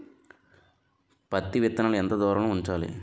పత్తి విత్తనాలు ఎంత దూరంలో ఉంచాలి?